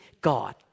God